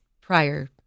prior